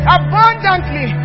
abundantly